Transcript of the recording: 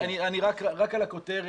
אני רק על הכותרת,